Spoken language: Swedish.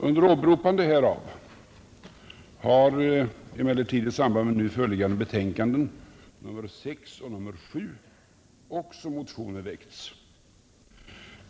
Under åberopande härav har emellertid också i samband med nu förevarande betänkanden nr 6 och nr 7 motioner väckts.